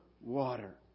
water